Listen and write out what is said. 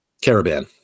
caravan